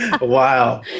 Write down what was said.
Wow